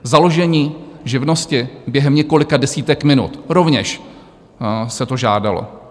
Založení živnosti během několika desítek minut, rovněž se to žádalo.